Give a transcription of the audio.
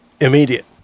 Immediate